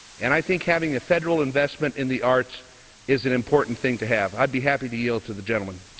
and i think having a federal investment in the arts is an important thing to have. i'd be happy to yield to the gentleman.